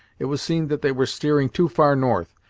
it was seen that they were steering too far north,